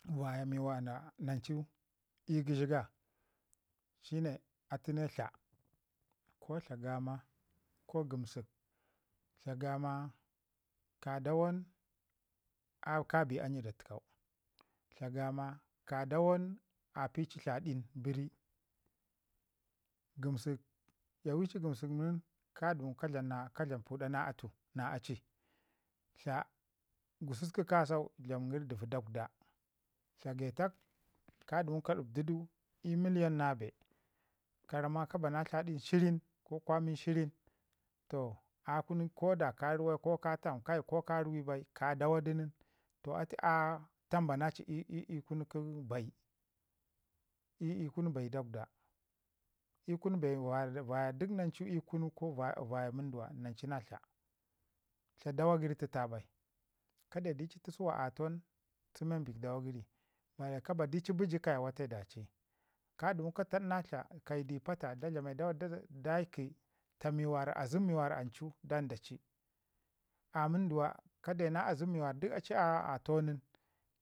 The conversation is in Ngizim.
vaya mi nancu ii gəshi ga atu ne tla ko tla gama ko gəmsək. Tla gama ka dawon kabi anyi da təkau, tla gama ka dawun a pi ci tladin bərri. Gamsak yawi ci gəmsak ka dumu ka dlam puda na atu na aci, tla gususku kasau tlamin gəri dɗvo ka jib ji du ii miliyan na bee karamma ka ba na tladin shirin ko kwamin shirin toh a kunu ko da ka ruwai ko ka ruwai bai ka dawadu nin atu a tambana ci ii kun bayi ii kunu bayo dakwda, ii kun bee vaya duk nancu vaya munduwa nanci na tla. Tla dawa gəritəta bai, ka de di ci tusuwa atau nin sen men bik dawa gəri ka bar di ci biji kaya wate dace. Ka dəmu ka tadna tla kayi di pata da dlame duwa daiki taa mi wara azəm mi ancu dan da ci. A munduwa ka de naa azəm mi wara duk a ci a taau nin